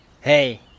Hey